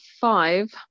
five